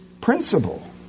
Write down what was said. principle